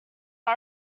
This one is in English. are